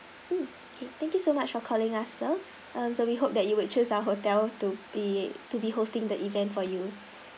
mm K thank you so much for calling us sir um so we hope that you would choose our hotel to be to be hosting the event for you